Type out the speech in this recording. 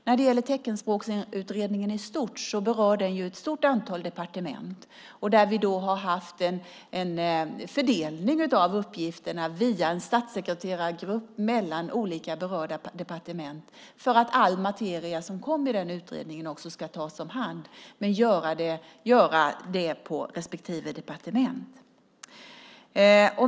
När det gäller Teckenspråksutredningen i stort berör den ett stort antal departement där vi har haft en fördelning av uppgifterna via en statssekreterargrupp mellan olika berörda departement för att all materia som kom i den utredningen också ska tas om hand. Det ska göras på respektive departement.